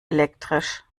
elektrisch